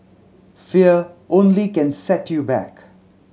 fear only can set you back